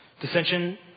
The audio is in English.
Dissension